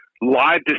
live